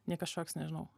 nei kažkoks nežinau